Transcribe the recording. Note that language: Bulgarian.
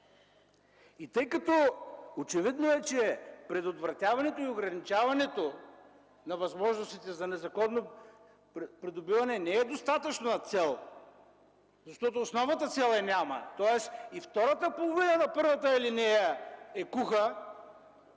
1. Тъй като е очевидно, че предотвратяването и ограничаването на възможностите за незаконно придобиване не е достатъчна цел, защото основната цел е няма, тоест и втората половина на първата алинея е куха,